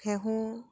ঘেঁহু